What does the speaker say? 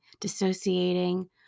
dissociating